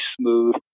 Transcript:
smooth